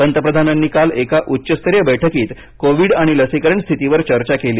पंतप्रधानांनी काल एका उच्चस्तरीय बैठकीत कोविड आणि लसीकरण स्थितीवर चर्चा केली